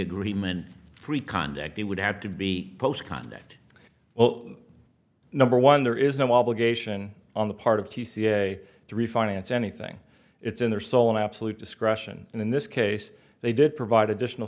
agreement three conduct it would have to be post conduct well number one there is no obligation on the part of the cia to refinance anything it's in their sole and absolute discretion and in this case they did provide additional